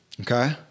Okay